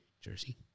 jersey